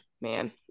man